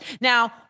Now